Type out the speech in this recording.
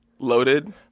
Loaded